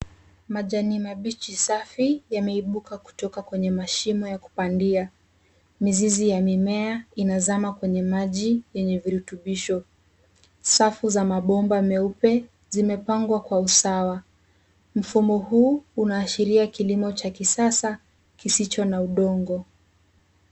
Majani mabichi safi, yameibuka kutoka kwenye mashimo ya kupandia. Mizizi ya mimea inazama kwenye maji yenye virutubisho. Safu za mabomba meupe zimepangwa kwa usawa. Mfumo huu unaashiria kilimo cha kisasa kisicho na udongo.